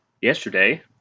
yesterday